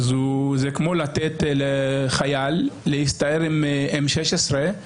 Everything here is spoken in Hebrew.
זה כמו לתת לחייל להסתער עם M16,